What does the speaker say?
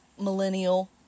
millennial